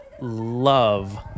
love